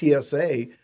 TSA